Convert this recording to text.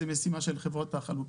זה משימה של חברות החלוקה.